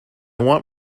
want